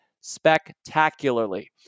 spectacularly